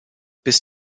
bis